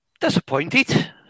Disappointed